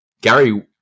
Gary